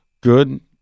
good